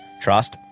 trust